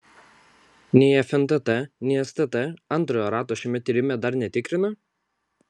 nei fntt nei stt antrojo rato šiame tyrime dar netikrina